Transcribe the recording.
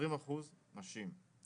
כ-20% מתוכם נשים.